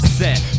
set